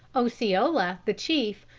osceola, the chief,